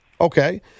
Okay